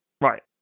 Right